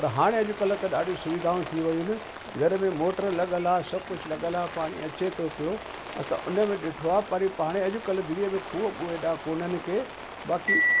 पर हाणे अॼु कल्ह त ॾाढियूं सुविधाऊं थी वियूं आहिनि घर में मोटर लॻल आहे सभु कुझु लॻल आहे पाणी अचे थो पियो असां उन में ॾिठो आहे पर हाणे अॼु कल्ह दिलीअ में खूह वूह एॾा कोन आहिनि के बाक़ी